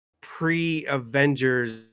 pre-avengers